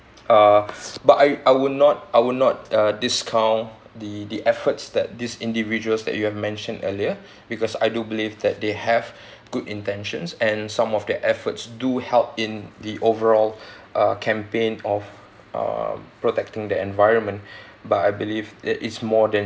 uh but I I will not I will not discount the the efforts that these individuals that you have mentioned earlier because I do believe that they have good intentions and some of their efforts do help in the overall uh campaign of um protecting the environment but I believe it is more than